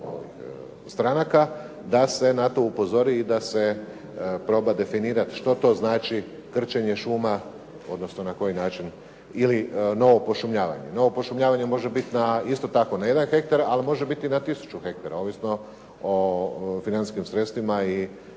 stranaka da se na to upozori i da se proba definirati što to znači krčenje šuma, odnosno na koji način ili novo pošumljavanje. Novo pošumljavanje može biti na isto tako na jedan hektar, ali može biti na tisuću hektara. Ovisno o financijskim sredstvima i